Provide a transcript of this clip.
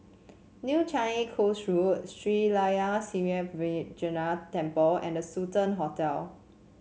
New Changi Coast Road Sri Layan Sithi Vinayagar Temple and The Sultan Hotel